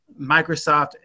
Microsoft